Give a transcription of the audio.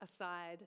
aside